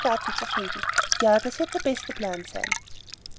garten zu finden ja das wird der beste plan sein